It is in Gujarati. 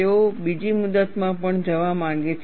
તેઓ બીજી મુદતમાં પણ જવા માંગે છે